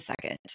second